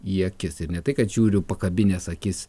į akis ir ne tai kad žiūriu pakabinęs akis